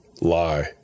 lie